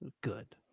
good